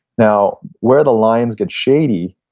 now where the lines get shady,